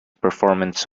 performance